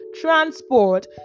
transport